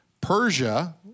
Persia